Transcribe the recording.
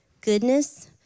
goodness